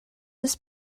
oes